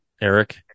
Eric